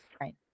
right